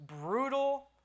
brutal